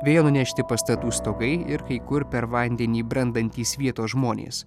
vėjo nunešti pastatų stogai ir kai kur per vandenį brendantys vietos žmonės